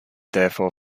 therefore